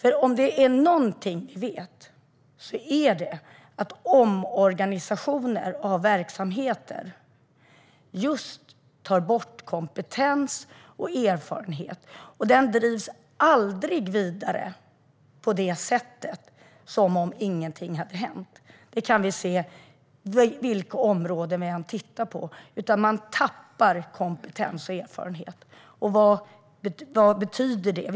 Är det någonting vi vet är det att omorganisation av en verksamhet tar bort kompetens och erfarenhet. Den drivs aldrig vidare som om ingenting hade hänt. Det kan vi se vilka områden vi än tittar på. Man tappar kompetens och erfarenhet. Vad betyder det?